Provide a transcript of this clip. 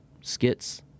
skits